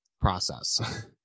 process